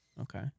Okay